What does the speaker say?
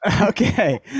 Okay